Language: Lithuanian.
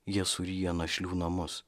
jie suryja našlių namus